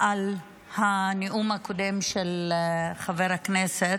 על הנאום הקודם של חבר הכנסת,